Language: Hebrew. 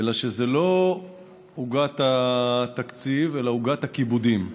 אלא שזו לא עוגת התקציב אלא עוגת הכיבודים.